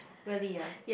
really ah